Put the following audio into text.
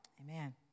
Amen